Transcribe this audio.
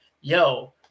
yo